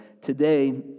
Today